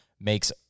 makes